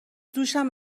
دوشم